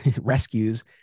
rescues